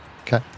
Okay